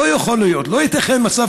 לא במקרה